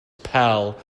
pal